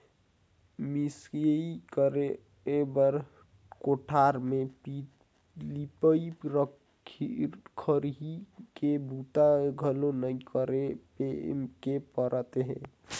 मिंसई करे बर कोठार के लिपई, खरही के बूता घलो नइ करे के परत हे